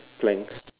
plank